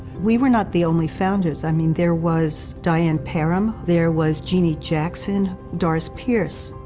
we were not the only founders, i mean there was diane parham, there was jeanne jackson, doris pierce.